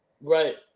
Right